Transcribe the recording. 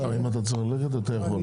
השר, אם אתה צריך ללכת, אתה יכול.